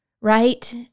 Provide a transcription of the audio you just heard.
Right